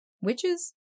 witches